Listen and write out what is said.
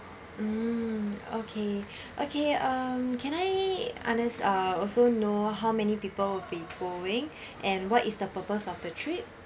mm okay okay um can I under~ uh also know how many people will be going and what is the purpose of the trip